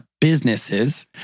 businesses